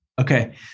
Okay